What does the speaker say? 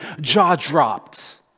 jaw-dropped